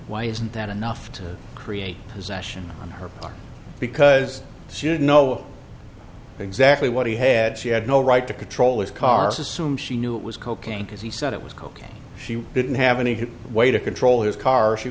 why isn't that enough to create possession on her part because she would know exactly what he had she had no right to control his cars assume she knew it was cocaine because he said it was cocaine she didn't have any way to control his car she